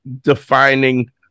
defining